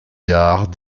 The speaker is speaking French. gares